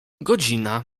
godzina